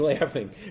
laughing